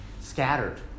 scattered